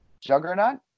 Juggernaut